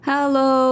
Hello